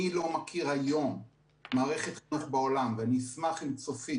אני לא מכיר היום מערכת חינוך בעולם ואני אשמח אם צופית,